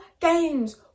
games